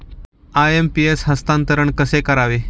IMPS हस्तांतरण कसे करावे?